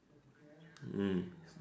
mm